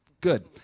Good